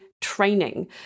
training